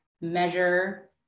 measure